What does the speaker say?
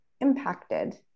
impacted